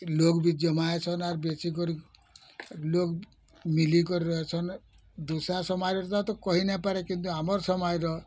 ଲୋଗ୍ ବି ଜମା ହେଇସନ୍ ଆର୍ ବେଶୀ କରି ଲୋଗ୍ ମିଲିକରି ରହସନ୍ ଦୁସା ସମାଜର ତ କହି ନାଇଁ ପାରେ କିନ୍ତୁ ଆମର୍ ସମାଜର